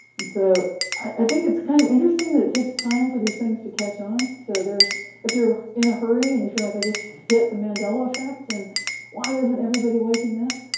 and so i think it's kind of interesting that it takes time for these things to catch on. so if if you're in a hurry, and you feel like i just hit the mandela effect, and why isn't everybody waking up,